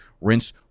rinse